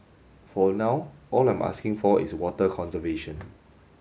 for now all I'm asking for is water conservation